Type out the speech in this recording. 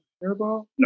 No